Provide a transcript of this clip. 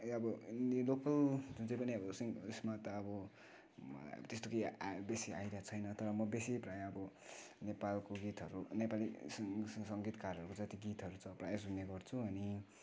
अब यो लोकल जुन चाहिँ पनि सिङ्गर उसमा त अब त्यस्तो केही बेसी आइडिया छैन तर म बेसी प्राय अब नेपालको गीतहरू नेपाली सङ्गीतकारहरूको जति गीतहरू छ प्राय सुन्ने गर्छु अनि